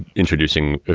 introducing,